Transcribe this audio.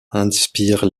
inspire